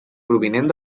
provinent